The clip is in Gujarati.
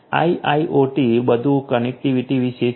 આઇઆઇઓટી બધું કનેક્ટિવિટી વિશે છે